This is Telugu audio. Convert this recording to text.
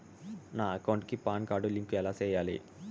నా అకౌంట్ కి పాన్ కార్డు లింకు ఎలా సేయాలి